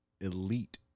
Elite